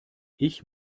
ich